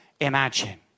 imagine